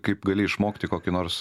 kaip gali išmokti kokį nors